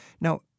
Now